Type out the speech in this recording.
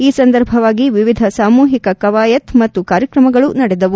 ಈ ಸಂದರ್ಭವಾಗಿ ವಿವಿಧ ಸಾಮೂಹಿಕ ಕವಾಯತ್ ಮತ್ತು ಕಾರ್ಯಕ್ರಮಗಳು ನಡೆದವು